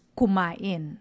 kumain